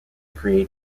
create